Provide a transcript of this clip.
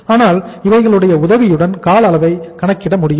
அதனால் இவைகளுடைய உதவியுடன் கால அளவை கணக்கிட முடியும்